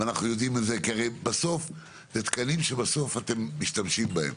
כי בסוף אלה תקנים שאתם משתמשים בהם.